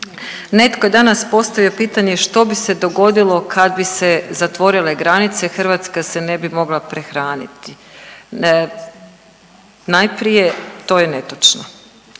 Netko je danas postavio pitanje što bi se dogodilo kad bi se zatvorile granice? Hrvatska se ne bi mogla prehraniti. Najprije to je netočno.